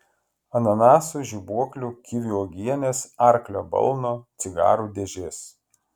ananasų žibuoklių kivių uogienės arklio balno cigarų dėžės